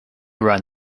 run